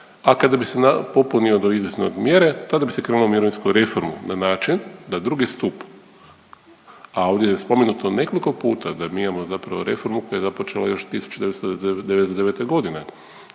a kada bi se popunio do izvjesne mjere tada bi se krenulo u mirovinsku reformu na način da drugi stup, a ovdje je spomenuto nekoliko puta da mi imamo zapravo reformu koja je započela još 1999. godine